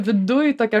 viduj tokia